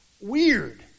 weird